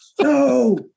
no